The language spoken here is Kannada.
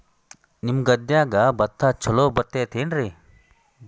ನಿಮ್ಮ ಗದ್ಯಾಗ ಭತ್ತ ಛಲೋ ಬರ್ತೇತೇನ್ರಿ?